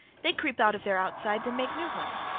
they creep out of their outsides and make new ones.